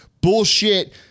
bullshit